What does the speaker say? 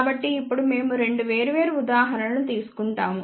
కాబట్టి ఇప్పుడు మేము రెండు వేర్వేరు ఉదాహరణలను తీసుకుంటాము